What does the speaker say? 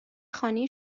خانه